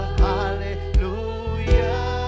hallelujah